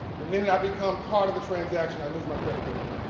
the minute i become part of the transaction, i lose my credibility.